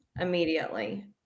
immediately